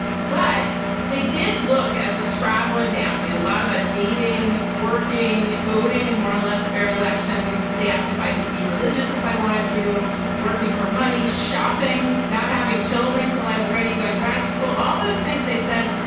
but they did look at the traveling. they asked me a lot about dating, working, voting and more or less fair elections. they asked if i could be religious, if i wanted to working for money, shopping, not having children till i was ready. go and graduate school. all those things they said,